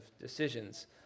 decisions